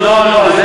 לא, לא.